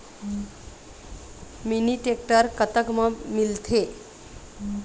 Mini tractor कतक म मिलथे?